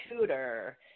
tutor